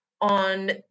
on